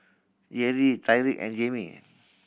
Jerrie Tyriq and Jaimee